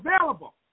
available